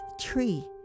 tree